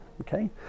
okay